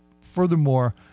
Furthermore